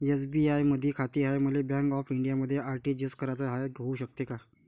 SBI मधी खाते हाय, मले बँक ऑफ इंडियामध्ये आर.टी.जी.एस कराच हाय, होऊ शकते का?